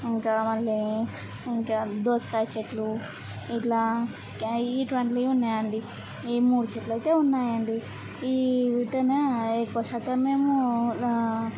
ఇంకా మల్లి ఇంకా దోసకాయ చెట్లు ఇట్లా ఇటువంటివి ఉన్నాయండి ఈ మూడు చెట్లయితే ఉన్నాయండి ఈ వీటిలో ఎక్కువ శాతమేమో